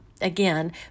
again